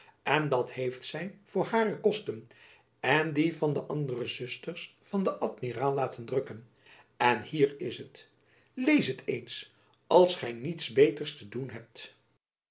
en dat heeft zy voor hare kosten en die van de andere zusters van den amiraal laten drukken en hier is het lees het eens als gy niets beters te doen hebt